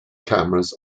cameras